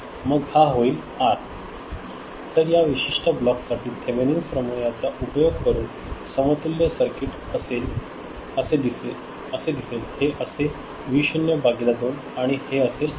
मग हा होईल आर तर या विशिष्ट ब्लॉक साठी थेवेनिन्स प्रमेयाचा उपयोग करून समतुल्य सर्किट असे दिसेल हे असेल व्ही 0 भागिले 2 आणि हे असेल आर